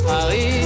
Paris